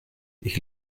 ich